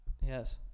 Yes